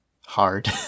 Hard